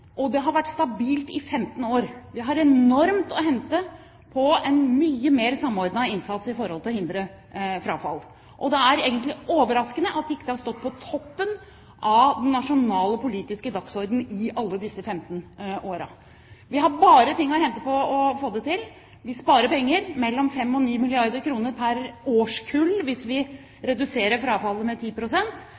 og det har vært stabilt i 15 år. Vi har enormt mye å hente på en mye mer samordnet innsats for å hindre frafall. Det er egentlig overraskende at det ikke har stått på toppen av den nasjonale politiske dagsordenen i alle disse 15 årene. Vi har bare ting å hente på å få det til. Vi sparer penger – mellom 5 og 9 milliarder kr pr. årskull hvis vi reduserer frafallet med